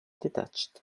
detached